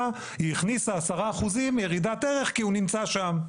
היא הכניסה 10% ירידת ערך כי הוא נמצא שם.